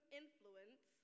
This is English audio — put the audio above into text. influence